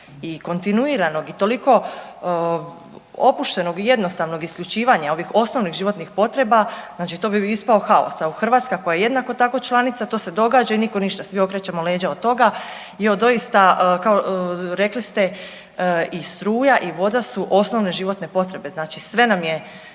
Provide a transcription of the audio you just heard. i kontinuiranog i toliko opuštenog i jednostavnog isključivanja ovih osnovnih životnih potreba znači to bi ispao haos. Hrvatska koja je jednako tako članica to se događa i nitko ništa, svi okrećemo leđa od toga i od doista rekli ste i struja i voda su osnovne životne potrebe. Znači sve nam je